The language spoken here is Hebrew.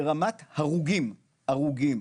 ברמת הרוגים, הרוגים,